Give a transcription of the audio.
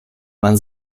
man